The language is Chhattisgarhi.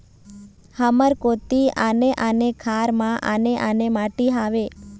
हमर कोती आने आने खार म आने आने माटी हावे?